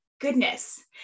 goodness